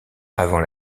avant